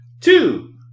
two